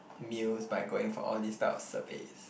meals by going for all these type of surveys